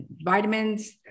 vitamins